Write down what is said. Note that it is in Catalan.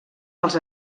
els